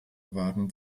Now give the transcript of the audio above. waren